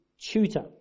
tutor